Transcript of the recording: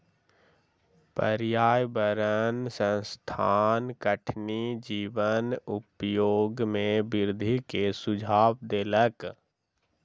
पर्यावरण संस्थान कठिनी जीवक उपयोग में वृद्धि के सुझाव देलक